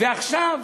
ועכשיו